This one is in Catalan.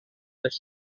les